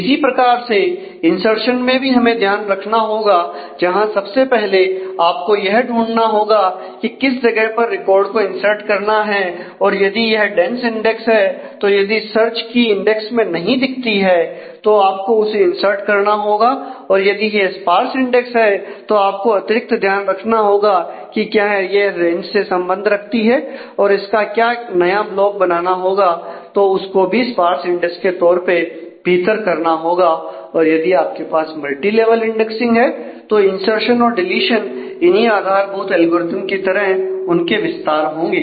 इसी प्रकार से इंर्सशन में भी हमें ध्यान रखना होगा जहां सबसे पहले आपको यह ढूंढना होगा की किस जगह पर रिकॉर्ड को इंसर्ट करना है और यदि यह डेंस इंडेक्स है और यदि सर्च की से संबंध रखती है और इसका क्या नया ब्लॉक बनाना होगा तो उसको भी स्पार्स इंडेंक्स के तौर पर भीतर करना होगा और यदि आपके पास मल्टीलेवल इंडेक्सिंग है तो इंर्सशन और डीलीशन इन्हीं आधारभूत एल्गोरिथम्स के तरह उनके विस्तार होंगे